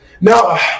Now